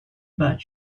but